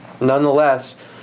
Nonetheless